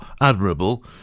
admirable